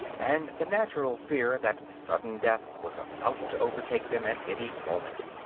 and the natural fear that sudden death was about to overtake them at any moment.